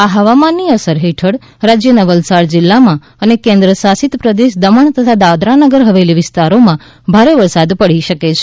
આ હવામાનની અસર હેઠળ રાજ્યના વલસાડ જિલ્લામાં અને કેન્દ્ર શાસિત પ્રદેશ દમણ તથા દાદરાનગરહવેલી વિસ્તારોમાં ભારે વરસાદ પડી શકે છે